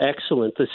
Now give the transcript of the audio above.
excellent